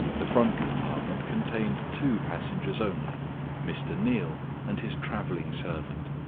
the front compartment contained two passengers only mr. neal and his traveling servant.